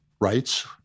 rights